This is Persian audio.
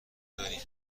داریم